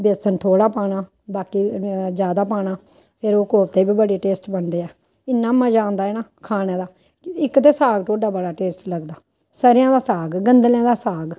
बेसन थोड़ा पाना बाकी जैदा पाना फिर ओह् कोप्ते बी बड़े टेस्ट बनदे ऐ इन्ना मजा औंदा ऐ ना खाने दा इक ते साग ढोडा बड़ा टेस्ट लगदा स'रेआं दा साग गंदलें दा साग